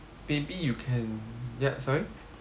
maybe you can yup sorry